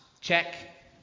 Check